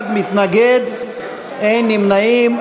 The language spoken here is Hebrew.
אחד מתנגד, אין נמנעים.